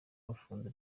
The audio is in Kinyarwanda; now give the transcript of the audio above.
bafunze